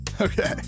Okay